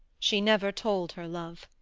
she never told her love,